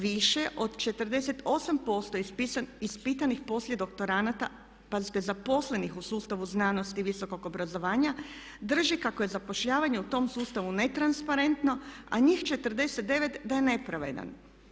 Više od 48% ispitanih poslije doktoranata, pazite zaposlenih u sustavu znanosti i v8sokog obrazovanja drži kako je zapošljavanje u tom sustavu netransparentno, a njih 49 da je nepravedan.